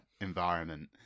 environment